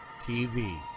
TV